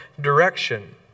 direction